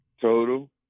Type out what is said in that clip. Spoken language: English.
Total